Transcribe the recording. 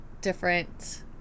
different